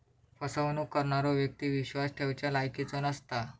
फसवणूक करणारो व्यक्ती विश्वास ठेवच्या लायकीचो नसता